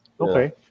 Okay